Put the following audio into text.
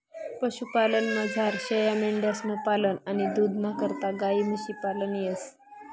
पशुपालनमझार शेयामेंढ्यांसनं पालन आणि दूधना करता गायी म्हशी पालन येस